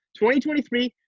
2023